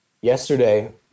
Yesterday